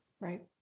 Right